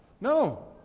No